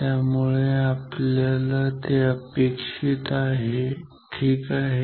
त्यामुळे हे आपल्याला अपेक्षित आहे ठीक आहे